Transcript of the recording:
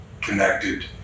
connected